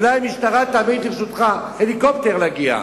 אולי המשטרה תעמיד לרשותך הליקופטר להגיע.